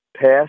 pass